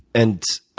and